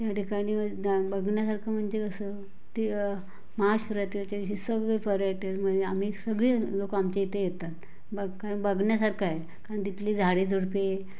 त्या ठिकाणी म्हणजे जाऊन बघण्यासारखं म्हणजे कसं ती महाशिवरात्रीच्या दिवशी सगळे पर्यटक म्हणजे आम्ही सगळेच लोक आमच्या इथे येतात बघ काय बघण्यासारखं आहे कारण तिथली झाडेझुडुपे